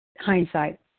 Hindsight